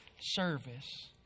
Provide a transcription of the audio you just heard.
service